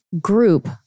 group